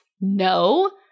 No